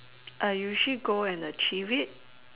I usually go and achieve it